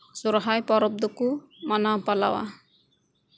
ᱥᱚᱨᱦᱟᱭ ᱯᱚᱨᱚᱵ ᱫᱚᱠᱚ ᱢᱟᱱᱟᱣᱼᱯᱟᱞᱟᱣᱟ